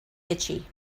itchy